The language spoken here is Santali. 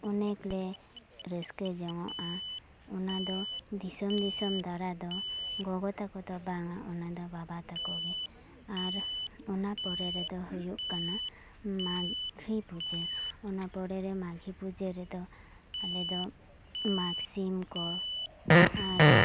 ᱚᱱᱮᱠ ᱞᱮ ᱨᱟᱹᱥᱠᱟᱹ ᱡᱚᱝᱚᱜᱼᱟ ᱚᱱᱟ ᱫᱚ ᱫᱤᱥᱚᱢ ᱫᱤᱥᱚᱢ ᱫᱟᱬᱟ ᱫᱚ ᱜᱚᱜᱚ ᱛᱟᱠᱚ ᱫᱚ ᱵᱟᱝᱟ ᱚᱱᱟ ᱫᱚ ᱵᱟᱵᱟ ᱛᱟᱠᱚᱜᱮ ᱟᱨ ᱚᱱᱟ ᱯᱚᱨᱮ ᱨᱮᱫᱚ ᱦᱩᱭᱩᱜ ᱠᱟᱱᱟ ᱢᱟᱜᱷᱤ ᱯᱩᱡᱟᱹ ᱚᱱᱟ ᱯᱚᱨᱮᱨᱮ ᱢᱟᱜᱷᱤ ᱯᱩᱡᱟᱹ ᱨᱮᱫᱚ ᱟᱞᱮ ᱫᱚ ᱢᱟᱜᱽᱥᱤᱢ ᱠᱚ ᱟᱨ